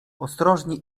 ostrożnie